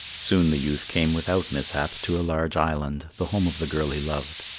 soon the youth came without mishap to a large island, the home of the girl he loved.